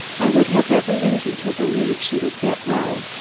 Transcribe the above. i would have every reason to believe she would get well.